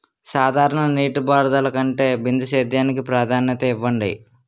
సాధారణ నీటిపారుదల కంటే బిందు సేద్యానికి ప్రాధాన్యత ఇవ్వండి